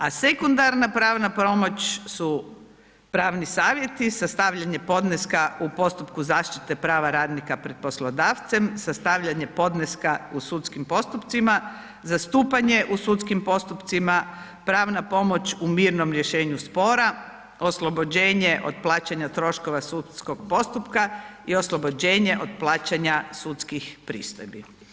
A sekundarna pravna pomoć su pravni savjeti, sastavljanje podneska u postupku zaštite prava radnika pred poslodavcem, sastavljanje podneska u sudskim postupcima, zastupanje u sudskim postupcima, pravna pomoć u mirnom rješenju spora, oslobođenje od plaćanja troškova sudskog postupka i oslobođenje od plaćanja sudskih pristojbi.